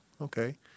Okay